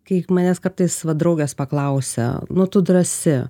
kaip manęs kartais va draugas paklausia nu tu drąsi